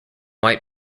white